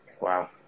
wow